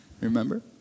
Remember